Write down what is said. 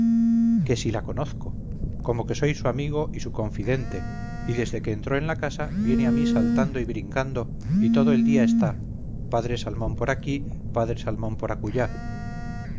que si la conozco como que soy su amigo y su confidente y desde que entro en la casa viene a mí saltando y brincando y todoel día está padre salmón por aquí padre salmón por